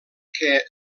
què